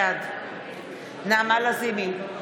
בעד נעמה לזמי,